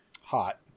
Hot